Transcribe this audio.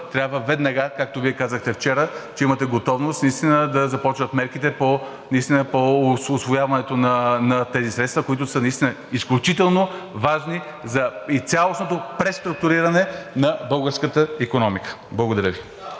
трябва веднага, както Вие казахте вчера, че имате готовност да започнат мерките по усвояването на тези средства, които са наистина изключително важни за цялостното преструктуриране на българската икономика. Благодаря Ви.